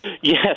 Yes